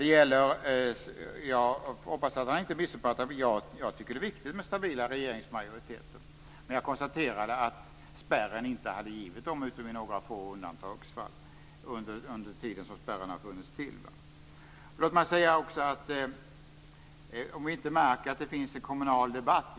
Jag hoppas att han inte missuppfattade mig: Jag tycker att det är viktigt med stabila regeringsmajoriteter, men jag konstaterade att spärren inte hade givit det utom i några få undantagsfall under den tid som spärren har funnits till. Göran Magnusson undrar om vi inte märker att det finns en kommunal debatt.